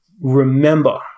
remember